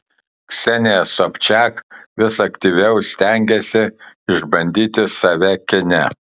ksenija sobčak vis aktyviau stengiasi išbandyti save kine